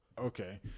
okay